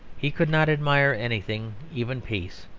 he could not admire anything, even peace,